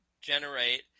generate